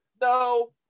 no